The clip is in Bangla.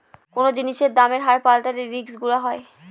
কোনো জিনিসের দামের হার পাল্টালে রিস্ক গুলো হয়